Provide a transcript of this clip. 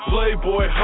Playboy